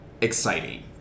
exciting